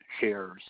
shares